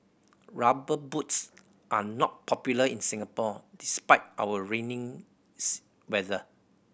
Rubber Boots are not popular in Singapore despite our raining weather